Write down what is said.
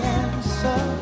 answer